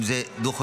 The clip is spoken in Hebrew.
אם זה דו-חודשי